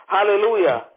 Hallelujah